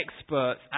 experts